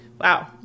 Wow